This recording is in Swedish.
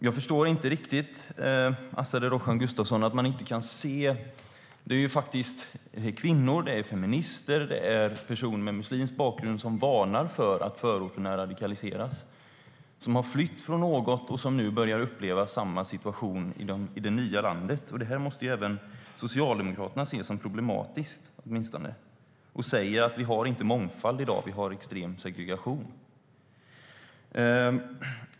Jag förstår inte riktigt, Azadeh Rojhan Gustafsson, att man inte kan se att det är kvinnor, feminister och personer med muslimsk bakgrund som varnar för att förorterna radikaliseras. De har flytt från något och börjar nu uppleva samma situation i det nya landet, vilket även Socialdemokraterna måste se som åtminstone problematiskt. De säger att vi inte har mångfald i dag utan extrem segregation.